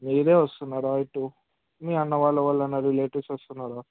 మీరే వస్తున్నారా ఇటు మీ అన్న వాళ్ళ ఎవరైనా రిలాటివ్స్ వస్తున్నారా